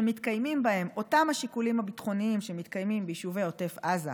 שמתקיימים בהם אותם השיקולים הביטחוניים שמתקיימים ביישובי עוטף עזה,